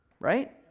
right